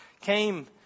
came